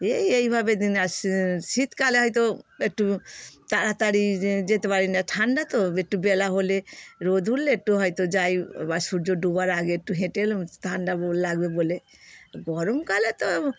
এই এইভাবে দিন আর শ শীতকালে হয়তো একটু তাড়াতাড়ি যেতে পারি না ঠান্ডা তো একটু বেলা হলে রোদ হলে একটু হয়তো যাই বা সূর্য ডোবার আগে একটু হেঁটে এলাম ঠান্ডা লাগবে বলে গরমকালে তো